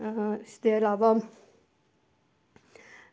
उसदे इलावा